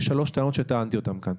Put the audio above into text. יש שלוש טענות שטענתי כאן.